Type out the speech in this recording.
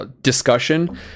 discussion